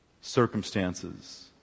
circumstances